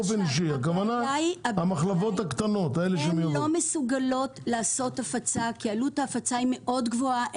הם לא מסוגלים לעשות הפצה כי עלות ההפצה מאוד גבוהה.